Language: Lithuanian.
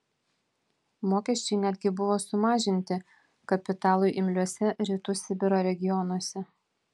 mokesčiai netgi buvo sumažinti kapitalui imliuose rytų sibiro regionuose